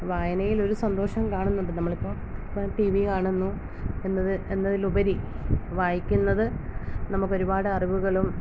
വായനയിൽ ഒരു സന്തോഷം കാണുന്നുണ്ട് നമ്മളിപ്പോൾ ടീ വി കാണുന്നു എന്നത് എന്നതിലുപരി വായിക്കുന്നത് നമുക്കൊരുപാടറിവുകളും